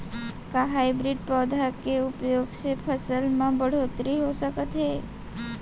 का हाइब्रिड पौधा के उपयोग से फसल म बढ़होत्तरी हो सकत हे?